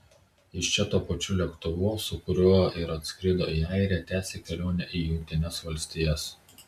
iš čia tuo pačiu lėktuvu su kuriuo ir atskrido į airiją tęsia kelionę į jungtines valstijas